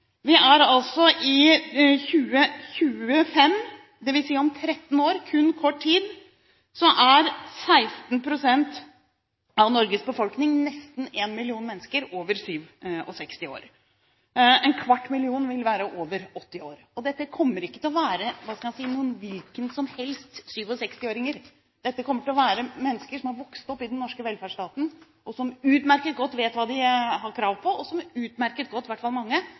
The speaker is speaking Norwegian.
I 2025, dvs. om 13 år, om kun kort tid, er 16 pst. av Norges befolkning, nesten en million mennesker, over 67 år. En kvart million vil være over 80 år. Dette kommer ikke til å være noen hvilken som helst 67-åringer; dette kommer til å være mennesker som har vokst opp i den norske velferdsstaten, som utmerket godt vet hva de har krav på, og som utmerket godt – i hvert fall mange